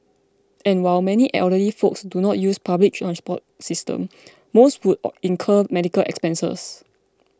and while many elderly folks do not use the public transport system most would or incur medical expenses